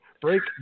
Break